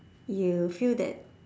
you feel that